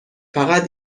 فقط